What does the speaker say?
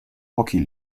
hockey